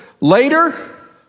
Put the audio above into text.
Later